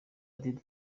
ati